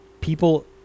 People